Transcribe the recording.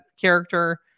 character